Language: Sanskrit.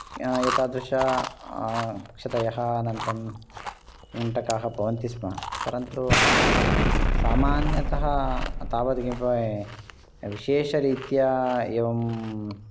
एतादृश क्षतयः अनन्तरं कण्टकाः भवन्ति स्म परन्तु सामान्यतः तावत् किमपि विशेषरीत्या एवम्